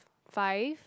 five